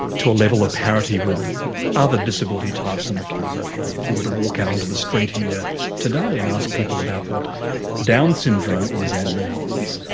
to a level of parity with other disability types in the community. if you were to walk out into the street here today and ask people about what down's syndrome is and means,